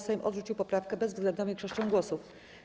Sejm odrzucił poprawkę bezwzględną większością głosów.